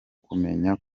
kumenya